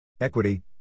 Equity